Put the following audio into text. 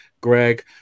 Greg